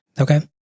okay